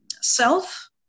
self